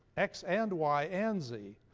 x and y and z,